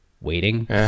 waiting